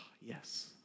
yes